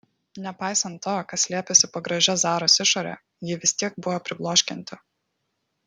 nepaisant to kas slėpėsi po gražia zaros išore ji vis tiek buvo pribloškianti